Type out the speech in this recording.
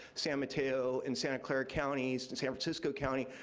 san mateo, and santa clara counties, and san francisco county,